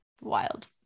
Wild